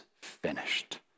finished